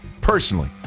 Personally